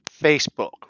Facebook